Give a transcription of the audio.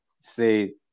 say